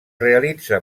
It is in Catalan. realitza